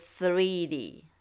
3D